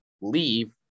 leave